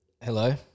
Hello